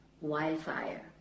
wildfire